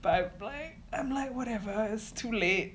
but I'm like whatever it's too late